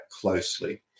closely